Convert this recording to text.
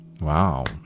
Wow